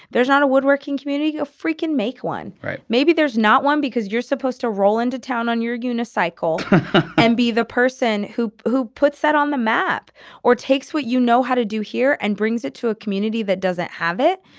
there's not a woodworking community, a freakin make one, right? maybe there's not one because you're supposed to roll into town on your unicycle and be the person who who puts that on the map or takes what you know how to do here and brings it to a community that doesn't have it.